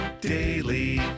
daily